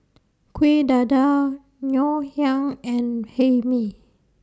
Kueh Dadar Ngoh Hiang and Hae Mee